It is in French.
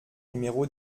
numéro